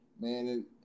Man